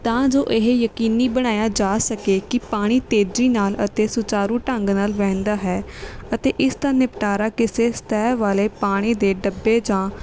ਤਾਂ ਜੋ ਇਹ ਯਕੀਨੀ ਬਣਾਇਆ ਜਾ ਸਕੇ ਕਿ ਪਾਣੀ ਤੇਜ਼ੀ ਨਾਲ ਅਤੇ ਸੁਚਾਰੂ ਢੰਗ ਨਾਲ ਵਹਿੰਦਾ ਹੈ ਅਤੇ ਇਸ ਦਾ ਨਿਪਟਾਰਾ ਕਿਸੇ ਸਤਿਹ ਵਾਲੇ ਪਾਣੀ ਦੇ ਡੱਬੇ ਜਾਂ